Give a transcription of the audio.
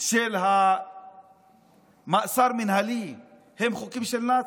של מעצר מינהלי הם חוקים של נאצים.